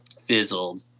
fizzled